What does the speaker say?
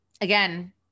again